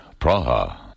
Praha